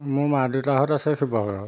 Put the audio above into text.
মোৰ মা দেউতাহঁত আছে শিৱসাগৰত